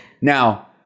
Now